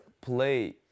play